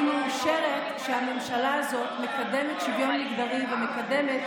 אני מאושרת שהממשלה הזאת מקדמת שוויון מגדרי ומקדמת